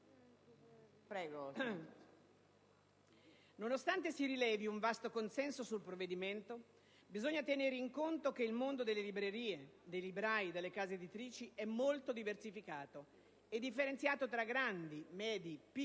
Nonostante si rilevi un vasto consenso sul provvedimento, bisogna tenere in conto che il mondo delle librerie, dei librai e delle case editrici è molto diversificato e differenziato tra grandi, medi e piccoli,